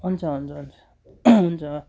हुन्छ हुन्छ हुन्छ हुन्छ